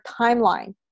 timeline